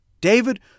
David